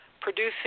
producing